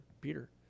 Peter